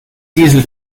diesel